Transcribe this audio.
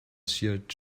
sheared